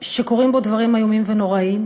שקורים בו דברים איומים ונוראים,